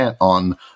on